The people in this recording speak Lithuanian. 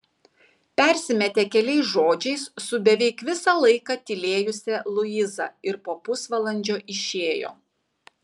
persimetė keliais žodžiais su beveik visą laiką tylėjusia luiza ir po pusvalandžio išėjo